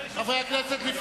חברי הכנסת,